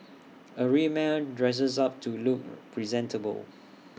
A real man dresses up to look presentable